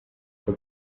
uko